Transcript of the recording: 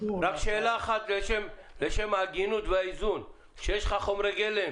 רק שאלה אחת לשם ההגינות והאיזון: כשיש יש לך צורך בחומרי גלם